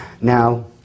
Now